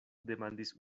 demandis